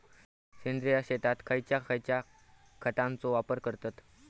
सेंद्रिय शेतात खयच्या खयच्या खतांचो वापर करतत?